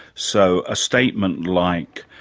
so, a statement like,